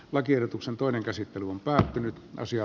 lakiehdotuksen toinen käsittely on päättynyt ja asia